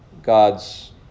God's